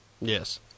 Yes